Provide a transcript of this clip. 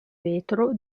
vetro